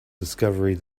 discovery